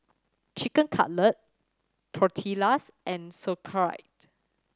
Chicken Cutlet Tortillas and Sauerkraut